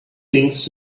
things